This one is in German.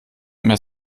mehr